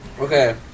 Okay